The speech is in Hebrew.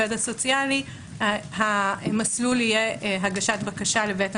הוא יוזמן לדיון ככל שהקטין והוריו אינם מתנגדים לכך.